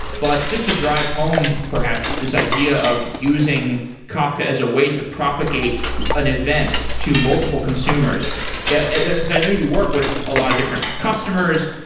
but just to drive home perhaps this idea of using kafka as a way to propagate an event to multiple consumers yeah since i know you work with a lot of different customers,